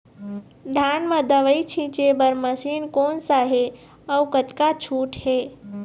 धान म दवई छींचे बर मशीन कोन सा हे अउ कतका छूट हे?